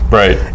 right